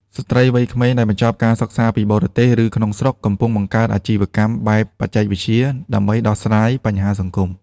ស្ត្រីវ័យក្មេងដែលបញ្ចប់ការសិក្សាពីបរទេស ឬក្នុងស្រុក កំពុងបង្កើតអាជីវកម្មបែបបច្ចេកវិទ្យា ដើម្បីដោះស្រាយបញ្ហាសង្គម។